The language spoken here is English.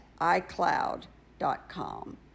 icloud.com